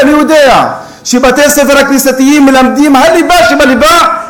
אני יודע שבתי-הספר הכנסייתיים מלמדים את הליבה של הליבה,